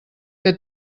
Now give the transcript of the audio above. que